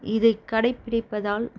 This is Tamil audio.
இதை கடைபிடிப்பதால்